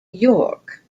york